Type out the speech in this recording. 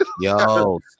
yo